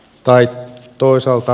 tai toisaalta